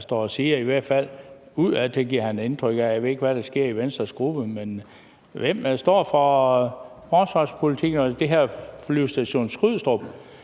står og siger – i hvert fald udadtil giver han indtryk af det. Jeg ved ikke, hvad der sker i Venstres gruppe, men hvem står for forsvarspolitikken og det her om Flyvestation Skrydstrup?